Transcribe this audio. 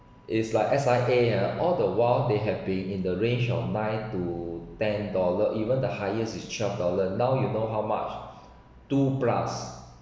is like S_I_A ah all the while they have been in the range of nine to ten dollar even the highest is twelve dollar now you know how much two plus